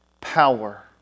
power